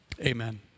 Amen